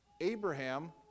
Abraham